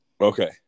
okay